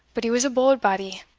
but he was a bauld body,